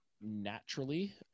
naturally